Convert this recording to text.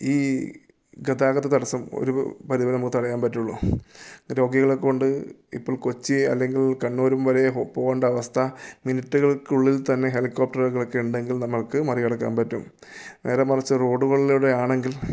ഈ ഗതാഗത തടസ്സം ഒരു പരിധിവരെ നമുക്ക് തടയാൻ പറ്റുകയുള്ളു രോഗികളെ കൊണ്ട് ഇപ്പോൾ കൊച്ചി അല്ലെങ്കിൽ കണ്ണൂരും വരെ പോകേണ്ട അവസ്ഥ മിനിറ്റുകൾക്കുള്ളിൽ തന്നെ ഹെലികോപ്റ്ററുകളൊക്കെ ഉണ്ടെങ്കിൽ നമ്മൾക്ക് മറികടക്കാൻ പറ്റും നേരെ മറിച്ച് റോഡുകളിലൂടെ ആണെങ്കിൽ